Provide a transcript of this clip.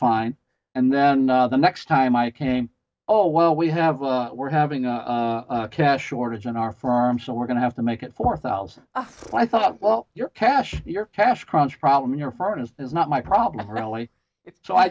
fine and then the next time i came over well we have a we're having a cash shortage in our firm so we're going to have to make it four thousand i thought well your cash your cash crunch problem your heart is not my problem really so i